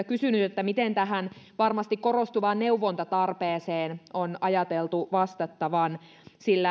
kysynyt miten tähän varmasti korostuvaan neuvontatarpeeseen on ajateltu vastattavan sillä